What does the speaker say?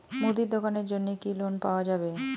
মুদি দোকানের জন্যে কি লোন পাওয়া যাবে?